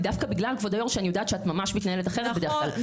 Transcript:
כי דווקא בגלל כבוד היו"ר שאני יודעת שאת ממש מתנהלת אחרת בדרך כלל,